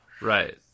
Right